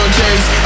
chase